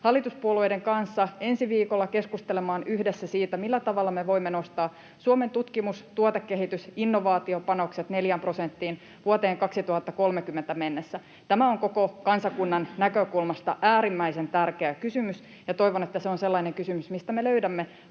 hallituspuolueiden kanssa ensi viikolla keskustelemaan yhdessä siitä, millä tavalla me voimme nostaa Suomen tutkimus-, tuotekehitys-, innovaatiopanokset 4 prosenttiin vuoteen 2030 mennessä. Tämä on koko kansakunnan näkökulmasta äärimmäisen tärkeä kysymys, ja toivon, että se on sellainen kysymys, mistä me löydämme